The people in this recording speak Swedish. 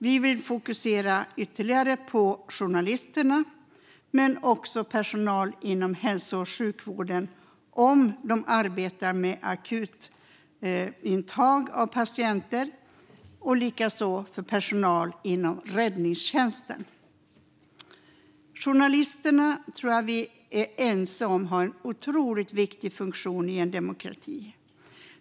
Vi vill fokusera ytterligare på journalisterna men också på personal inom hälso och sjukvården om de arbetar med akutintag av patienter och likaså personal inom räddningstjänsten. Jag tror att vi är ense om att journalisterna har en otroligt viktig funktion i en demokrati.